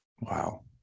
Wow